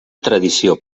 tradició